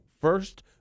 first